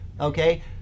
Okay